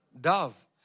Dove